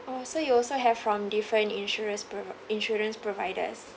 oh so you also have from different insurance pr~ insurance providers